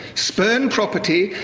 spurn property,